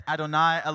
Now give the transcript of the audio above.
Adonai